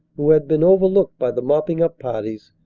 who had been overlooked by the mopping-up parties,